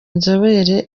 inzobere